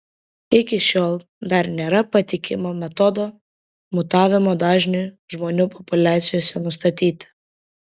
iki šiol dar nėra patikimo metodo mutavimo dažniui žmonių populiacijose nustatyti